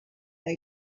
they